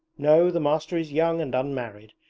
no. the master is young and unmarried,